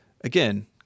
again